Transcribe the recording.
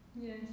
Yes